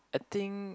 I think